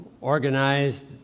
organized